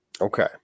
Okay